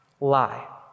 Lie